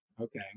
Okay